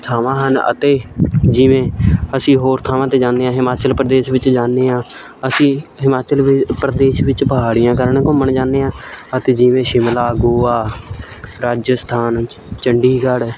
ਥਾਵਾਂ ਹਨ ਅਤੇ ਜਿਵੇਂ ਅਸੀਂ ਹੋਰ ਥਾਵਾਂ 'ਤੇ ਜਾਂਦੇ ਹਾਂ ਹਿਮਾਚਲ ਪ੍ਰਦੇਸ਼ ਵਿੱਚ ਜਾਂਦੇ ਹਾਂ ਅਸੀਂ ਹਿਮਾਚਲ ਵਿ ਪ੍ਰਦੇਸ਼ ਵਿੱਚ ਪਹਾੜੀਆਂ ਕਾਰਨ ਘੁੰਮਣ ਜਾਂਦੇ ਹਾਂ ਅਤੇ ਜਿਵੇਂ ਸ਼ਿਮਲਾ ਗੋਆ ਰਾਜਸਥਾਨ ਚੰਡੀਗੜ੍ਹ